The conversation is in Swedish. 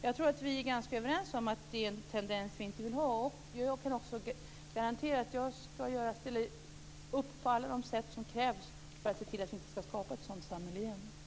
Jag tror att vi är ganska överens om att det är något som vi inte vill ha. Jag kan också garantera att jag kommer att ställa mig bakom allt det som krävs för att se till att vi inte skapar ett sådant samhälle igen.